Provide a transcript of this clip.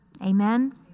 Amen